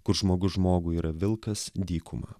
kur žmogus žmogui yra vilkas dykumą